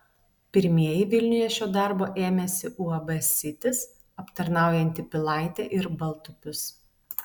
pirmieji vilniuje šio darbo ėmėsi uab sitis aptarnaujanti pilaitę ir baltupius